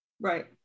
Right